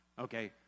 Okay